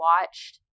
watched